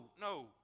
no